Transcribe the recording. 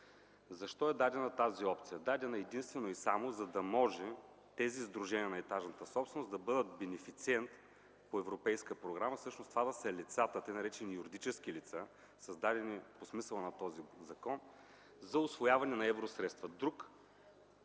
Защо е дадена тази опция? Дадена е единствено и само, за да може тези сдружения на етажната собственост да бъдат бенефициент по европейска програма. Всъщност това да са лицата, така наречени юридически лица, създадени по смисъла на този закон, за усвояване на евросредства.